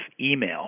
email